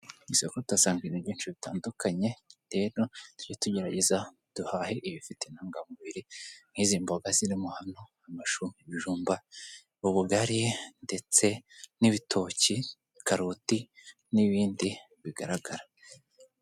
Mu isoko tuhasanga ibintu byinshi bitandukanye, rero tujye tugerageza duhaye ibifite intungamubiri nk'izi mboga zirimo hano amashu, ibijumba, ubugari ndetse n'ibitoki karoti n'ibindi bigaragara.